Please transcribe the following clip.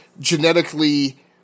genetically